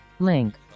link